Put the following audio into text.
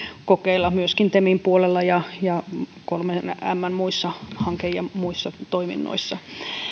kokeilla myöskin temin puolella ja ja kolmen mn hanke ja muissa toiminnoissa